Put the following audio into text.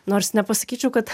nors nepasakyčiau kad